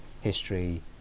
history